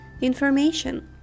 information